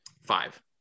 Five